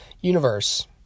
universe